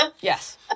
Yes